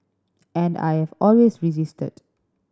and I have always resisted